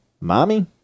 Mommy